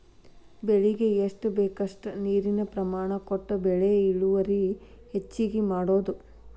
ಬೆಳಿಗೆ ಎಷ್ಟ ಬೇಕಷ್ಟ ನೇರಿನ ಪ್ರಮಾಣ ಕೊಟ್ಟ ಬೆಳಿ ಇಳುವರಿ ಹೆಚ್ಚಗಿ ಮಾಡುದು